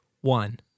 One